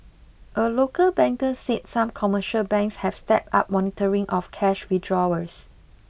a local banker said some commercial banks have stepped up monitoring of cash withdrawals